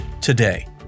today